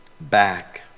back